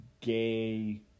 gay